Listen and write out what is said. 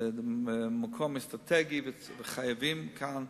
זה מקום אסטרטגי, וחייבים כאן